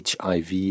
HIV